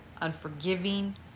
unforgiving